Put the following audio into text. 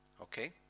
okay